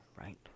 right